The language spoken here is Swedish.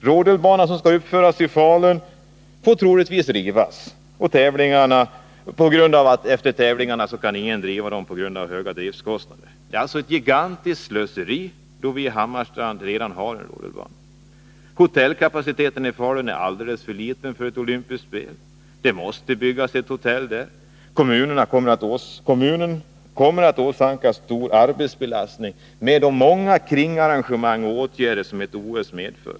Rodelbanan som skall uppföras i Falun får troligtvis rivas efter tävlingarna, eftersom ingen på grund av de höga driftkostnaderna kan driva den efter tävlingarna. Det är alltså ett gigantiskt slöseri, då vi i Hammarstrand redan har en rodelbana. Hotellkapaciteten i Falun är alldeles för liten för ett olympiskt spel. Det måste byggas ett hotell där. Kommunen kommer att åsamkas stor arbetsbelastning med de många kringarrangemang som ett OS medför.